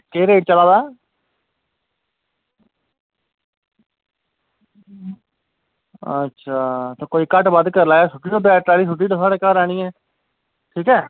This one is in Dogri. केह् रेट चला दा अच्छा ते कोई घट्ट बद्द करी लैयो सुट्टी ओड़ो ट्राली सुट्टी ओड़े साढ़ै घर आनियै ठीक ऐ